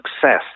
success